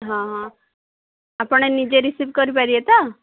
ହଁ ହଁ ଆପଣ ନିଜେ ରିସିଭ୍ କରିପାରିବେ ତ